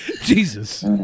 Jesus